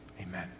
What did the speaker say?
Amen